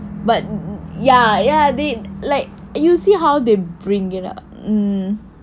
but ya ya did you see how they bring you know